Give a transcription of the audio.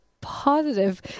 positive